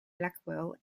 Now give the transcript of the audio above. blackwell